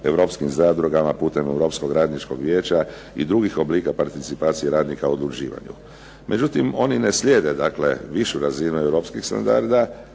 europskim zadrugama putem Europskog radničkog vijeća i drugih oblika participacije radnika u odlučivanju. Međutim, oni ne slijede višu razinu Europskih standarda